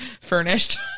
furnished